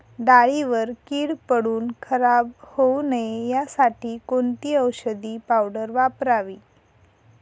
डाळीवर कीड पडून खराब होऊ नये यासाठी कोणती औषधी पावडर वापरावी?